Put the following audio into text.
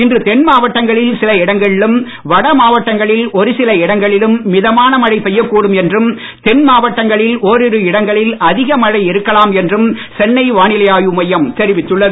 இன்று தென்மாவட்டங்களில் சில இடங்களிலும் வடமாவட்டங்களின் ஒரு சில இடங்களிலும் மிதமான மழை பெய்யக்கூடும் என்றும் தென் மாவட்டங்களில் ஓர் இரு இடங்களில் அதிக மழை இருக்கலாம் என்றும் சென்னை வானிலை ஆய்வு மையம் தெரிவித்துள்ளது